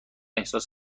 احساس